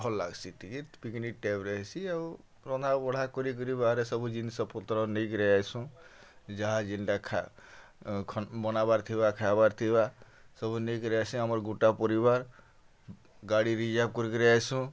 ଭଲ୍ ଲାଗ୍ସି ଟିକେ ପିକ୍ନିକ୍ ଟାଇପ୍ରେ ହେସି ଆଉ ରନ୍ଧା ବଢ଼ା କରିକିରି ବାହାରେ ସବୁ ଜିନିଷ୍ ପତର୍ ନେଇକିରି ଆଏସୁଁ ଯାହା ଯେନ୍ଟା ବନାବାର୍ ଥିବା ଖାଏବାର୍ ଥିବା ସବୁ ନେଇକିରି ଆସି ଆମର୍ ଗୁଟା ପରିବାର୍ ଗାଡ଼ି ରିଜର୍ଭ କରିକିରି ଆଏସୁଁ